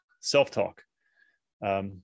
self-talk